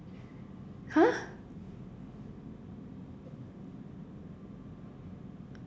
!huh!